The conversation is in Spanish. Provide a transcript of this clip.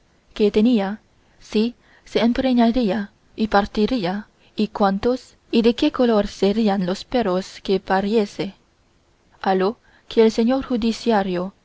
que tenía si se empreñaría y pariría y cuántos y de qué color serían los perros que pariese a lo que el señor judiciario